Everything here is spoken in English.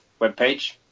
webpage